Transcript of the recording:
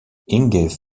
inge